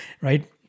right